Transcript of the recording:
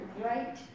right